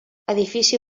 edifici